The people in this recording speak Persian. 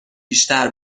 بیشتر